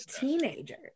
teenagers